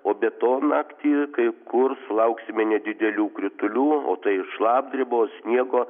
o be to naktį kai kur sulauksime nedidelių kritulių o tai šlapdribos sniego